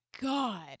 God